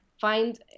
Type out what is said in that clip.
find